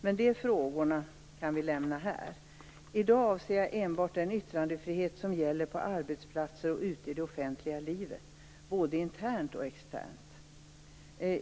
Men de frågorna kan vi lämna därhän. I dag avser frågan enbart den yttrandefrihet som gäller på arbetsplatser och ute i det offentliga livet, både internt och externt.